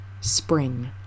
Spring